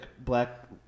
black